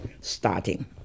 starting